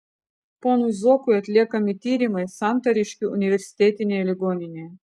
ponui zuokui atliekami tyrimai santariškių universitetinėje ligoninėje